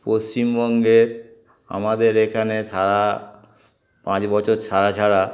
পশ্চিমবঙ্গের আমাদের এখানে সারা পাঁচ বছর ছাড়া ছাড়া